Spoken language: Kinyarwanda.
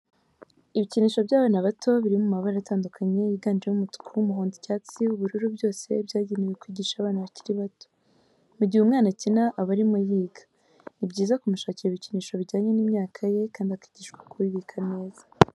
Ibikinisho by'abana bato biri mu mabara atandukanye yiganjemo umutuku, umuhondo, icyatsi, ubururu, byose byagenewe kwigisha abana bakiri bato. Mu gihe umwana akina aba arimo yiga, ni byiza kumushakira ibikinisho bijyanye n'imyaka ye kandi akigishwa kubibika neza.